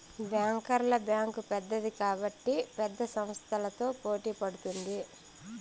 బ్యాంకర్ల బ్యాంక్ పెద్దది కాబట్టి పెద్ద సంస్థలతో పోటీ పడుతుంది